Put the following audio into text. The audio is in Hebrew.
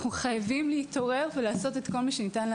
משרד הפנים, יש סיכוי להעלות את זה כרעיון?